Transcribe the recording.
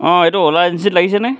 অঁ এইটো অলা এজেঞ্চিত লাগিছেনে